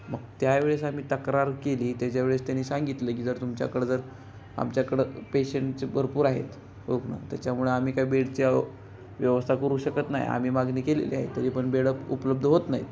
मग त्यावेळेस आम्ही तक्रार केली त्याच्यावेळेस त्यानी सांगितलं की जर तुमच्याकडं जर आमच्याकडं पेशंटचे भरपूर आहेत रुग्ण त्याच्यामुळे आम्ही काय बेडच्या व्यवस्था करू शकत नाही आम्ही मागणी केलेली आहे तरी पण बेड पण उपलब्ध होत नाहीत